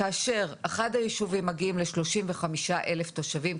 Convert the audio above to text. כאשר אחד הישובים מגיעים לשלושים וחמישה אלף תושבים,